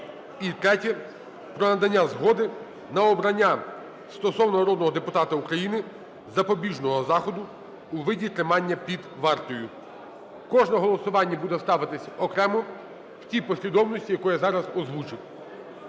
І третє – про надання згоди на обрання стосовно народного депутата України запобіжного заходу у виді тримання під вартою. Кожне голосування буде ставитись окремо в тій послідовності, яку я зараз озвучив.